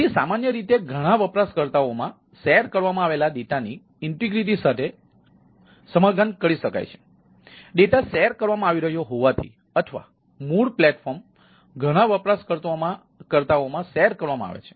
તેથી સામાન્ય રીતે ઘણા વપરાશકર્તાઓ માં શેર કરવામાં આવેલા ડેટા ની અખંડિતતા કરવામાં આવી રહ્યો હોવાથી અથવા મૂળ પ્લેટફોર્મ ઘણા વપરાશકર્તાઓ માં શેર કરવામાં આવે છે